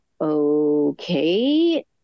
Okay